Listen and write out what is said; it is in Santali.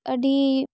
ᱟᱹᱰᱤ